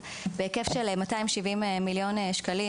בהיקף של 270 מיליון שקלים.